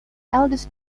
eldest